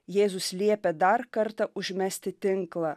jėzus liepė dar kartą užmesti tinklą